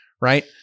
Right